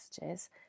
messages